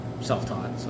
self-taught